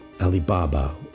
Alibaba